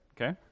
Okay